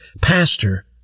pastor